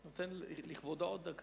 נותן לכבודו עוד דקה.